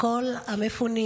לכל המפונים.